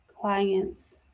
client's